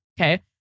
Okay